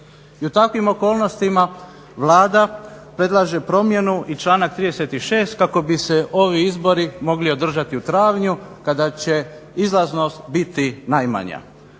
I u takvim okolnostima Vlada predlaže promjenu i članak 36. kako bi se ovi izbori mogli održati u travnju kada će izlaznost biti najmanja.